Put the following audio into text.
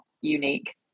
unique